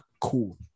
cool